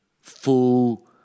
full